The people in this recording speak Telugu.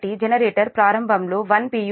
కాబట్టి జనరేటర్ ప్రారంభంలో 1 p